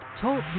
Talk